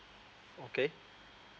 okay